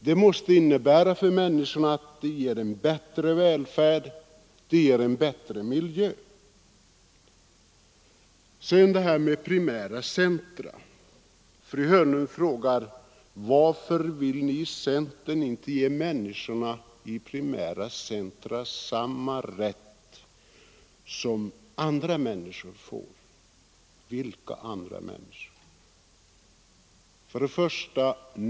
Det skulle ha givit människorna i Stockholmsregionen en bättre välfärd och en bättre miljö. Vad sedan frågan om primära centra angår så frågade fru Hörnlund varför vi i centern inte ville ge människorna i primära centra samma rätt som andra människor har. Vilka andra människor?